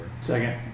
Second